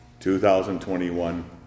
2021